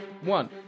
one